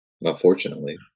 Unfortunately